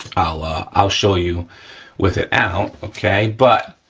i'll ah i'll show you with it out, okay, but